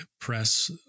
press